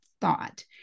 thought